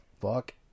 fuck